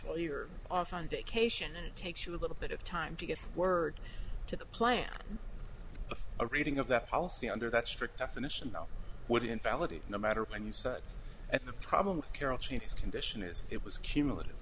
while you're off on vacation and it takes you a little bit of time to get word to the plan of a reading of that policy under that strict definition though would invalidate no matter when you said at the problem with carol change his condition is it was cumulative